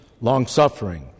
long-suffering